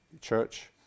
church